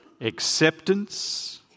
acceptance